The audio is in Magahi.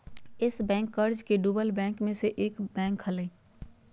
यस बैंक कर्ज मे डूबल बैंक मे से एक बैंक हलय